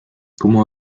como